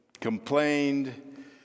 complained